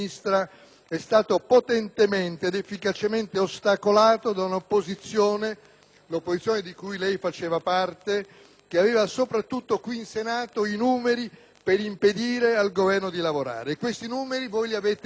un'opposizione di cui lei faceva parte, che aveva, soprattutto qui in Senato, i numeri per impedire al Governo di lavorare. Questi numeri voi li avete usati quotidianamente con comportamenti ostruzionistici che oggi noi ci